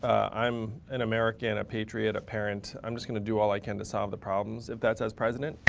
i'm an american, a patriot, a parent. i'm just gonna do all i can to solve the problems. if that's as president,